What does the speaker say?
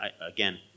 again